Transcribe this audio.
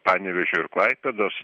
panevėžio ir klaipėdos